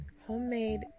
homemade